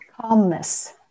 Calmness